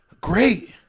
Great